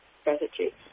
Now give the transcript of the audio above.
strategy